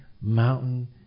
mountain